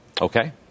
Okay